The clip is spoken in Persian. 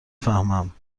فهمم